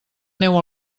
neu